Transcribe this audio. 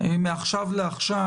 מעכשיו לעכשיו